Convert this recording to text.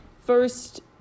first